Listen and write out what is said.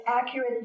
accurate